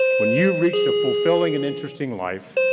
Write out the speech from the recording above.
when you reach the fulfilling and interesting life,